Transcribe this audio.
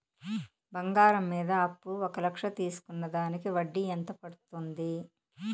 బంగారం మీద అప్పు ఒక లక్ష తీసుకున్న దానికి వడ్డీ ఎంత పడ్తుంది?